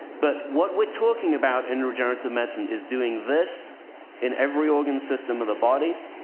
but what we're talking about in regenerative medicine is doing this in every organ system of the body,